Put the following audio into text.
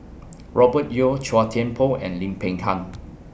Robert Yeo Chua Thian Poh and Lim Peng Han